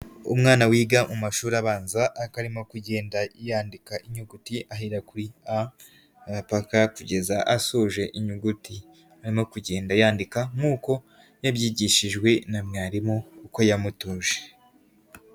Umwana wiga mu mashuri abanza, akarimo kugenda yandika inyuguti ahera kuri a paka kugeza asoje inyuguti, ari no kugenda yandika nk'uko yabyigishijwe na mwarimu uko yamutoje.